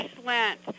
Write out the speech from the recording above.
slant